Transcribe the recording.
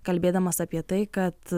kalbėdamas apie tai kad